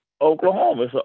Oklahoma